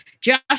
Josh